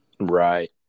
Right